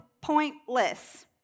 pointless